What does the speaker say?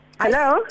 Hello